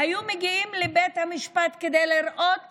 היו מגיעות לבית המשפט כדי לראות